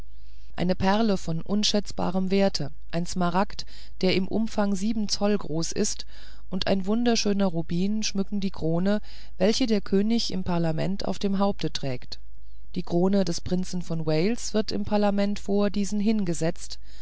eine perle von unschätzbarem werte ein smaragd der im umfange sieben zoll groß ist und ein wunderschöner rubin schmücken die krone welche der könig im parlamente auf dem haupte trägt die krone des prinzen von wales wird im parlamente vor diesen hingesetzt